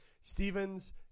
Stevens